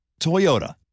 Toyota